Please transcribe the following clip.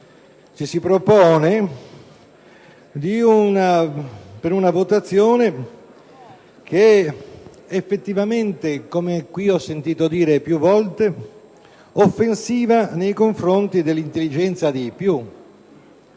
ci si propone una prima votazione che effettivamente, come qui ho sentito dire più volte, è offensiva dell'intelligenza dei più.